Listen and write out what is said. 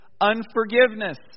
Unforgiveness